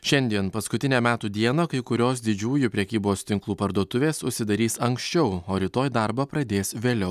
šiandien paskutinę metų dieną kai kurios didžiųjų prekybos tinklų parduotuvės užsidarys anksčiau o rytoj darbą pradės vėliau